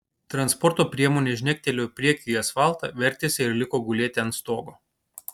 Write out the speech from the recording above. transporto priemonė žnektelėjo priekiu į asfaltą vertėsi ir liko gulėti ant stogo